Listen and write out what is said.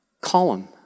column